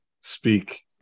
speak